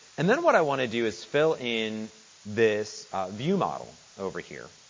and then what i want to do is fill in this view model over here.